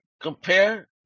compare